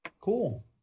Cool